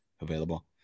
available